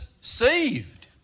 saved